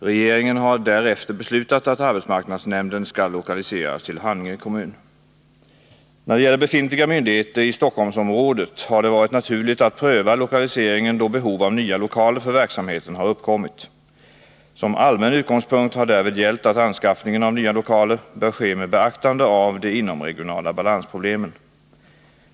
Regeringen har därefter beslutat att arbetsmarknadsnämnden skall lokaliseras till Haninge kommun. 159 När det gäller befintliga myndigheter i Stockholmsområdet har det varit naturligt att pröva lokaliseringen då behov av nya lokaler för verksamheten har uppkommit. Som allmän utgångspunkt har därvid gällt att anskaffningen av nya lokaler bör ske med beaktande av de inomregionala balansproblemen.